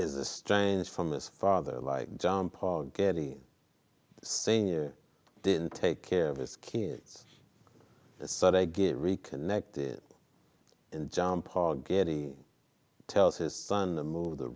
is a strange from his father like john paul getty sr didn't take care of his kids so they get reconnected and john paul getty tells his son to move the